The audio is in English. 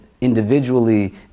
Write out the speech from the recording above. individually